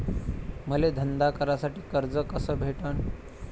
मले धंदा करासाठी कर्ज कस भेटन?